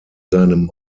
seinem